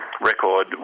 record